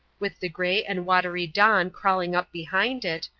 with the grey and watery dawn crawling up behind it,